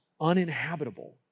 uninhabitable